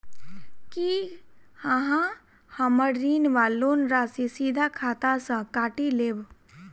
की अहाँ हम्मर ऋण वा लोन राशि सीधा खाता सँ काटि लेबऽ?